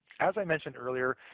as i mentioned earlier,